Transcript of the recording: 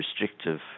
restrictive